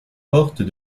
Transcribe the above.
portes